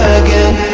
again